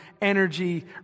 energy